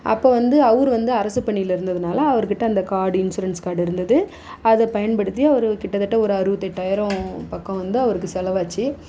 அப்போ வந்து அவரு வந்து அரசுப் பணியில் இருந்ததுனால் அவர்கிட்ட அந்த கார்டு இன்சூரன்ஸ் கால்டு இருந்தது அதை பயன்படுத்தி அவர் கிட்டத்தட்ட ஒரு அறுபத்தெட்டாயிரம் பக்கம் வந்து அவருக்கு செலவாச்சு